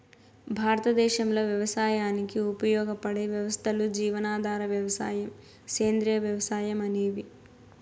భారతదేశంలో వ్యవసాయానికి ఉపయోగపడే వ్యవస్థలు జీవనాధార వ్యవసాయం, సేంద్రీయ వ్యవసాయం అనేవి